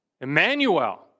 Emmanuel